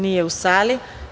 Nije u sali.